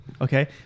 Okay